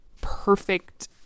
perfect